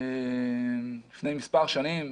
לפני מספר שנים,